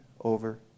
over